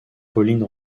pauline